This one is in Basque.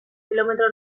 kilometro